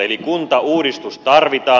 eli kuntauudistus tarvitaan